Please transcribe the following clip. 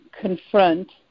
confront